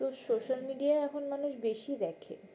তো social media এখন মানুষ বেশি দেখে